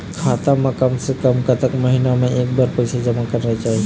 खाता मा कम से कम कतक महीना मा एक बार पैसा जमा करना चाही?